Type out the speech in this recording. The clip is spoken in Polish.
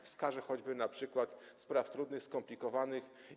Wskażę choćby przykład spraw trudnych, skomplikowanych.